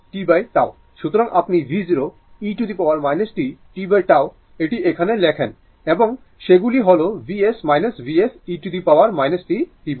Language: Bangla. সুতরাং আপনি v0 e t tτ এটি এখানে লেখেন এবং সেগুলি হল Vs Vs e t tτ আপনি Vs কমন নিন